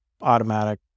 automatic